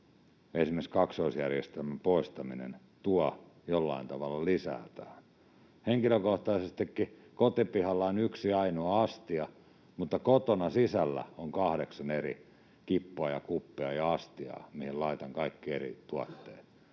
esimerkiksi kaksoisjärjestelmän poistaminen tuo jotain lisää tähän. Henkilökohtaisestikin kotipihalla on yksi ainoa astia, mutta kotona sisällä on kahdeksan eri kippoa ja kuppia ja astiaa, mihin laitan kaikki eri tuotteet.